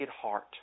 heart